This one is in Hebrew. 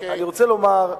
אני רוצה לומר,